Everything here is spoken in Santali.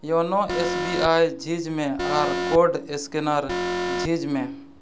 ᱤᱭᱳᱱᱳ ᱮᱥ ᱵᱤ ᱟᱭ ᱡᱷᱤᱡᱽ ᱢᱮ ᱟᱨ ᱠᱳᱰ ᱥᱠᱮᱱᱟᱨ ᱡᱷᱤᱡᱽ ᱢᱮ